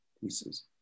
pieces